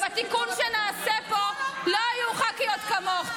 ובתיקון שנעשה פה לא יהיו ח"כיות כמוך,